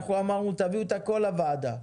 אנחנו אמרנו תביאו את הכל לוועדה.